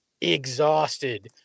exhausted